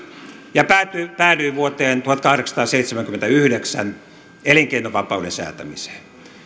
ja päädyin vuoteen tuhatkahdeksansataaseitsemänkymmentäyhdeksän elinkeinovapauden säätämiseen